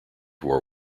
war